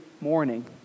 morning